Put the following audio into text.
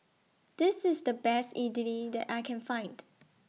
This IS The Best Idly that I Can Find